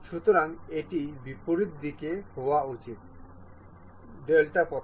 সুতরাং এটি বিপরীত দিকে হওয়া উচিত উল্টো পথে